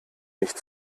nicht